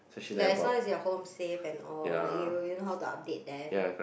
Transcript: like as long as you're home safe and all you you know how to update them